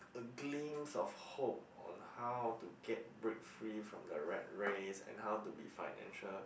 a glimpse of hope on how to get break free from the rat race and how to be financial